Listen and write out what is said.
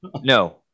no